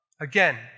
Again